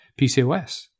PCOS